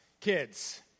kids